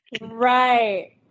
Right